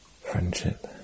Friendship